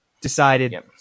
decided